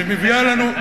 שמביאה לנו,